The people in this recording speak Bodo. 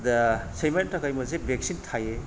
दा सैमानि थाखाय मोनसे बेक्सिन थायो